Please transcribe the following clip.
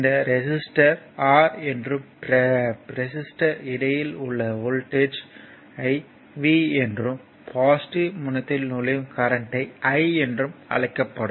இந்த resistor R என்றும் resistor இடையில் உள்ள வோல்டஜ் ஐ V என்றும் பொசிட்டிவ் முனையத்தில் நுழையும் கரண்ட்யை I என்றும் அழைக்கப்படும்